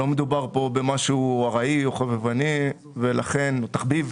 לא מדובר פה במשהו ארעי או חובבני או תחביב.